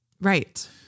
Right